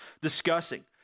discussing